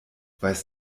weiß